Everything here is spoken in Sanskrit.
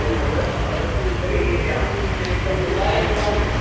ओ हो हो तर्हि अहम् एकम् उपायं वदामि